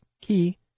key